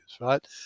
right